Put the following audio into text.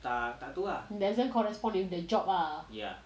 doesn't correspond with the job ah